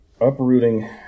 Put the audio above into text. uprooting